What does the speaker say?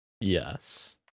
Yes